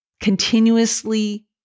continuously